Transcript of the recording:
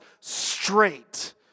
straight